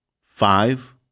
five